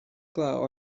glaw